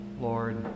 Lord